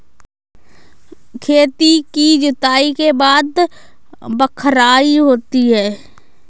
खेती की जुताई के बाद बख्राई होती हैं?